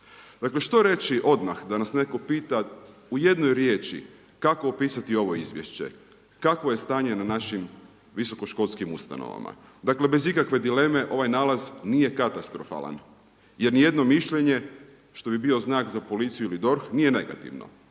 Dakle što reći odmah da nas netko pita u jednoj riječi kako opisati ovo izvješće, kakvo je stanje na našim visokoškolskim ustanovama? Dakle bez ikakve dileme ovaj nalaz nije katastrofalan jer ni jedno mišljenje što bi bio znak za policiju ili DORH nije negativno.